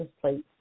plates